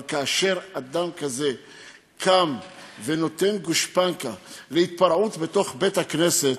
אבל כאשר אדם כזה קם ונותן גושפנקה להתפרעות בתוך בית-כנסת,